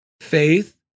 faith